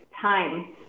time